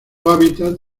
hábitat